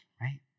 right